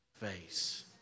face